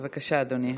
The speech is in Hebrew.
בבקשה, אדוני.